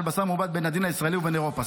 בשר מעובד בין הדין הישראלי ובין אירופה.